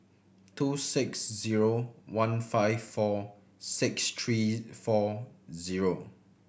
two six zero one five four six three four zero